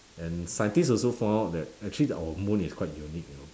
and scientists also found out that actually that our moon is quite unique you know